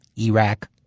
Iraq